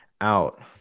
out